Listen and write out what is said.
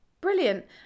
Brilliant